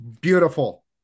Beautiful